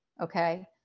Okay